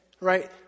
right